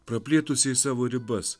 praplėtusiai savo ribas